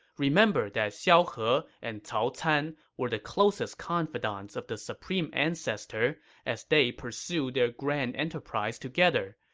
remember that xiao he and cao can were the closest confidants of the supreme ancestor as they pursued their grand enterprise together,